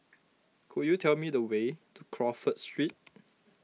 could you tell me the way to Crawford Street